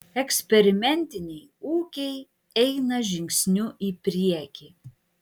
eksperimentiniai ūkiai eina žingsniu į priekį